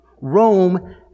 rome